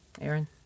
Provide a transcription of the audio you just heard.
aaron